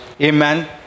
Amen